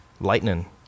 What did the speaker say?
lightning